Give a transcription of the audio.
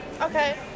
Okay